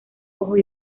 ojos